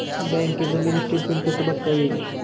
बँकेचं mini statement कसं बघता येईल?